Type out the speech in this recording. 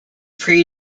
pre